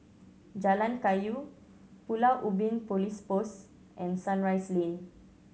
Jalan Kayu Pulau Ubin Police Post and Sunrise Lane